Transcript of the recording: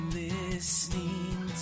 listening